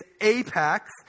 apex